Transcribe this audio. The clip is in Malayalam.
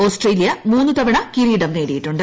ഓസ്ട്രേലീയ് മൂന്ന് തവണ കിരീടം നേടിയിട്ടുണ്ട്